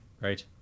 Right